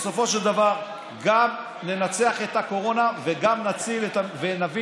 בסופו של דבר גם ננצח את הקורונה וגם נציל ונביא